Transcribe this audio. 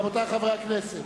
רבותי חברי הכנסת,